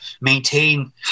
maintain